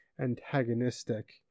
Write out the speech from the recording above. antagonistic